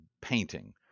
painting